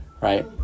right